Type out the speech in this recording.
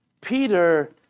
Peter